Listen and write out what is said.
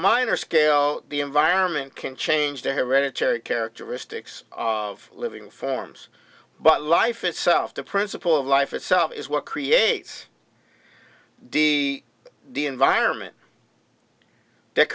minor scale the environment can change the hereditary characteristics of living forms but life itself the principle of life itself is what creates d the environment that